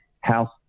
house